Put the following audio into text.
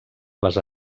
les